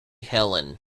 helen